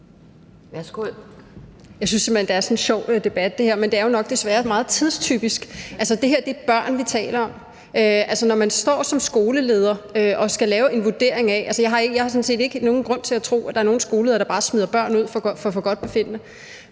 (NB): Jeg synes simpelt hen, det er sådan en sjov debat, men det er jo nok desværre meget tidstypisk. Det er børn, vi taler om. Jeg har sådan set ikke nogen grund til at tro, at der er nogen skoleledere, der bare smider børn ud efter forgodtbefindende.